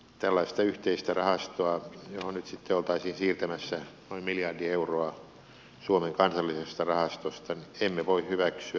tällaista yhteistä rahastoa johon nyt sitten oltaisiin siirtämässä noin miljardi euroa suomen kansallisesta rahastosta emme voi hyväksyä